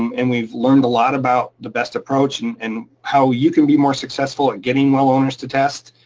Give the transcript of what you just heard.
um and we've learned a lot about the best approach and and how you can be more successful at getting well owners to test.